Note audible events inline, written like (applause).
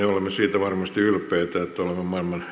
(unintelligible) ja olemme siitä varmasti ylpeitä siitä että olemme